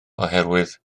oherwydd